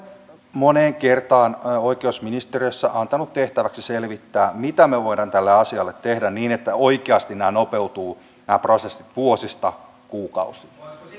moneen kertaan oikeusministeriössä antanut tehtäväksi selvittää mitä me voimme tälle asialle tehdä niin että oikeasti nämä prosessit nopeutuvat vuosista kuukausiin